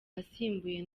asimbuye